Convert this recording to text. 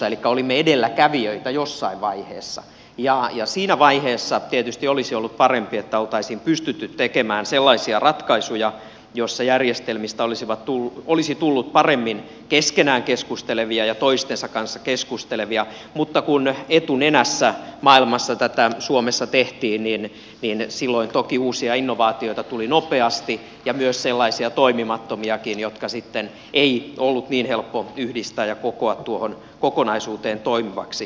elikkä olimme edelläkävijöitä jossain vaiheessa ja siinä vaiheessa tietysti olisi ollut parempi että olisi pystytty tekemään sellaisia ratkaisuja joissa järjestelmistä olisi tullut paremmin keskenään keskustelevia toistensa kanssa keskustelevia mutta kun etunenässä maailmassa tätä suomessa tehtiin niin silloin toki uusia innovaatioita tuli nopeasti ja myös sellaisia toimimattomiakin joita sitten ei ollut niin helppo yhdistää ja koota tuohon kokonaisuuteen toimiviksi